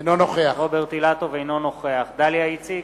אינו נוכח דליה איציק,